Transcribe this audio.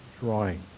drawing